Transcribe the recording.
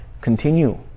continue